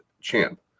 Champ